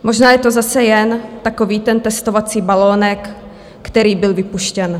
Možná je to zase jen takový ten testovací balonek, který byl vypuštěn.